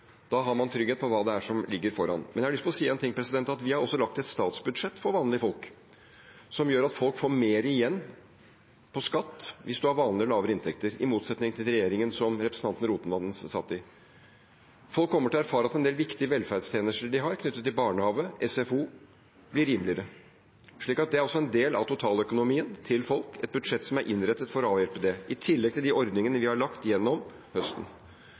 Da har man trygghet for hva som ligger foran. Men jeg har lyst til å si én ting: Vi har også laget et statsbudsjett for vanlige folk, som gjør at folk får mer igjen på skatten hvis man har vanlige og lavere inntekter – i motsetning til slik det var med den regjeringen som representanten Rotevatn satt i. Folk kommer til å erfare at en del viktige velferdstjenester, bl.a. knyttet til barnehage og SFO, blir rimeligere. Så det er også en del av totaløkonomien til folk: et budsjett som er innrettet for å avhjelpe det – i tillegg til de ordningene vi har laget gjennom høsten.